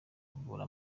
avura